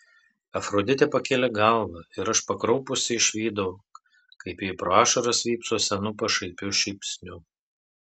afroditė pakėlė galvą ir aš pakraupusi išvydau kaip ji pro ašaras vypso senu pašaipiu šypsniu